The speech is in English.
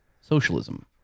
socialism